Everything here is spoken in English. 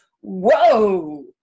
whoa